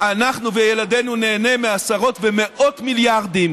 אנחנו וילדינו ניהנה מעשרות ומאות מיליארדים.